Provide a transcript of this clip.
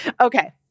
Okay